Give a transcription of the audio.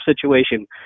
situation